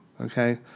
okay